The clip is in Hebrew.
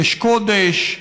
אש קודש,